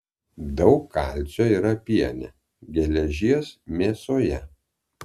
daug kalcio yra piene geležies mėsoje